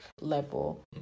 level